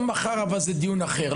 גם מחר אבל זה דיון אחר.